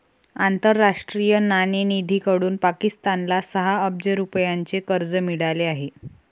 आंतरराष्ट्रीय नाणेनिधीकडून पाकिस्तानला सहा अब्ज रुपयांचे कर्ज मिळाले आहे